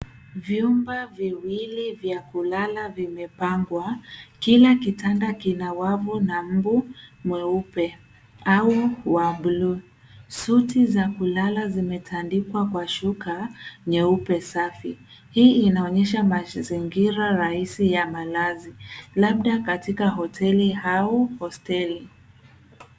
Vyumba viwili vya kulala vimepangwa, kila kitanda kina wavu na mbu mweupe au wa bluu . Suti za kulala zimetandikwa kwa shuka nyeupe safi. Hii inaonyesha mazingira rahisi ya malazi labda katika hoteli au hosteli.